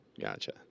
gotcha